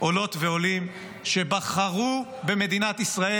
עולות ועולים שבחרו במדינת ישראל,